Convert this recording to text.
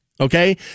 okay